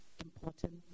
Important